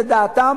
לדעתם,